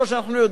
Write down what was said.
אנחנו יודעים,